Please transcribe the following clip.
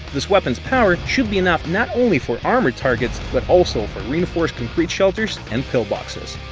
this weapons power should be enough not only for armored targets, but also for reinforced concrete shelters and pillboxes.